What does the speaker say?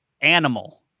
animal